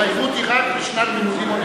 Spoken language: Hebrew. ההתחייבות היא רק לשנת לימודים אוניברסיטאית.